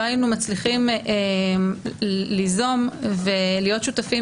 לא היינו מצליחים ליזום ולהיות שותפים